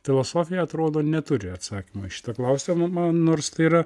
filosofija atrodo neturi atsakymo į šitą klausimą nors tai yra